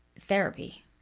Therapy